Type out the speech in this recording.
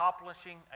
accomplishing